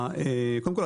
קודם כל,